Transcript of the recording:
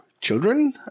children